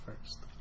first